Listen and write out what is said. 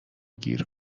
گیر